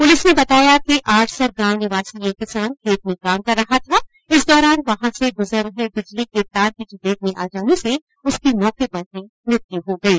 police ने बताया कि आडसर गांव निवासी ये किसान खेत में काम कर रहा था इस दौरान वहां से गुजर रहे बिजली के तार की चपेट में आ जाने से उसकी मौके पर ही मृत्यु हो गई